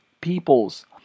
peoples